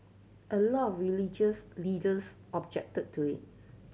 a lot of religious leaders objected to it